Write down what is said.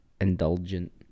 indulgent